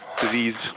disease